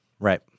Right